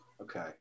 Okay